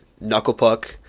Knucklepuck